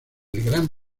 gran